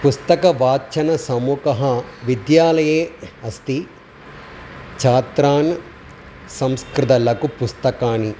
पुस्तकवाचनसमूहः विद्यालये अस्ति छात्रान् संस्कृतलघुपुस्तकानि